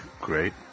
great